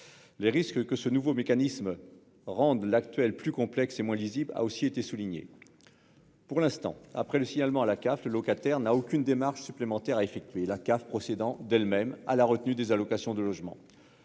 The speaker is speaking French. Le risque que ce nouveau mécanisme rende l'actuel plus complexe et moins lisible a aussi été souligné. Pour l'instant, après le signalement à la CAF, le locataire n'a aucune démarche supplémentaire à effectuer, puisque la CAF procède d'elle-même à la retenue des allocations de logement.